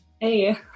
hey